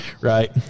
right